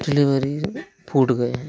deliveries में फूट गए हैं